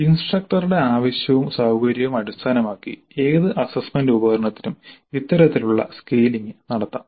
ഇൻസ്ട്രക്ടറുടെ ആവശ്യവും സൌകര്യവും അടിസ്ഥാനമാക്കി ഏത് അസ്സസ്സ്മെന്റ് ഉപകരണത്തിനും ഇത്തരത്തിലുള്ള സ്കെയിലിംഗ് നടത്താം